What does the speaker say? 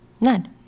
None